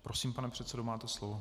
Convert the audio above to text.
Prosím, pane předsedo, máte slovo.